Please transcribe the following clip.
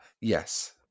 Yes